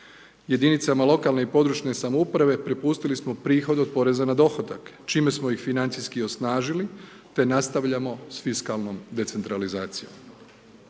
Jedinicama lokalne i područne samouprave propustili smo prihod od poreza na dohodak čime smo ih financijski osnažili te nastavljamo s fiskalnom decentralizacijom.